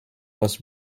was